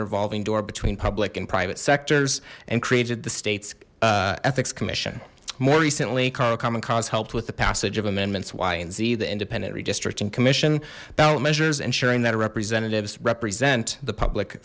revolving door between public and private sectors and created the state's ethics commission more recently carl common cause helped with the passage of amendments y and z the independent redistricting commission ballot measures ensuring that representatives represent the public